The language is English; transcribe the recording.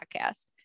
podcast